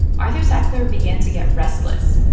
arthur sackler began to get restless.